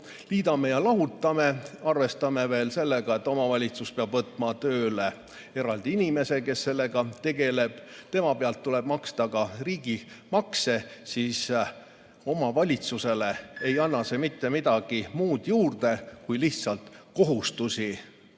liidame ja lahutame, arvestame veel sellega, et omavalitsus peab võtma tööle eraldi inimese, kes sellega tegeleb, maksma tema pealt ka riigimakse, siis omavalitsusele ei anna see juurde mitte midagi muud kui lihtsalt kohustusi.